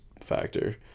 factor